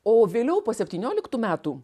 o vėliau po septynioliktų metų